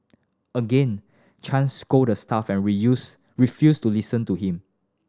again Chang scolded the staff and reuse refused to listen to him